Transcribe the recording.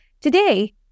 Today